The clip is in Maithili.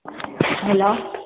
हेलो